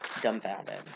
dumbfounded